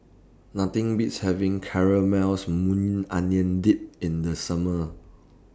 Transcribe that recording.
Nothing Beats having Caramelized Maui Onion Dip in The Summer